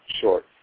short